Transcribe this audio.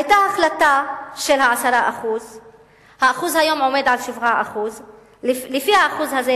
היתה החלטה של 10%. היום זה עומד על 7%. לפי האחוז הזה,